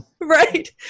Right